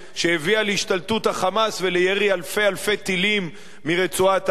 שהביאה להשתלטות ה"חמאס" ולירי אלפי-אלפי טילים מרצועת-עזה.